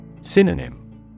Synonym